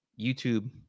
YouTube